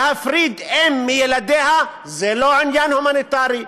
להפריד אם מילדיה, זה לא עניין הומניטרי,